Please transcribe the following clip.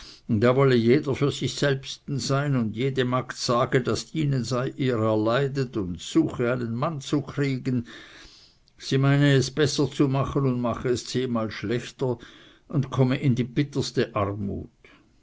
da wolle jeder für sich selbsten sein und jede magd sage das dienen sei ihr entleidet und suche einen mann zu kriegen sie meine es besser zu machen und mache es zehnmal schlechter und komme in die bitterste armut